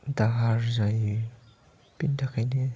दाहार जायो बेनि थाखायनो